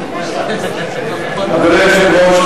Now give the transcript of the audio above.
אדוני היושב-ראש,